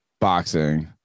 boxing